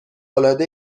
العاده